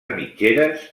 mitgeres